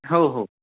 हो हो